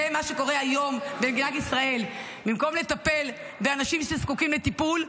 זה מה שקורה היום במדינת ישראל: במקום לטפל באנשים שזקוקים לטיפול,